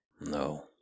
No